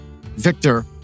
Victor